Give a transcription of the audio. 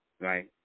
right